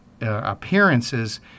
appearances